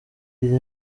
izi